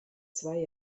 zwei